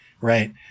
Right